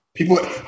People